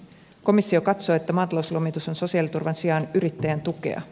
komissio katsoo että maatalouslomitus on sosiaaliturvan sijaan yrittäjän tukea